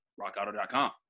rockauto.com